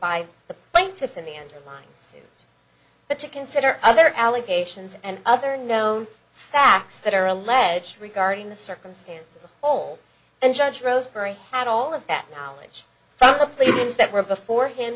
by the plaintiff in the end but to consider other allegations and other known facts that are alleged regarding the circumstances of all and judged rosebery had all of that knowledge from the police that were before him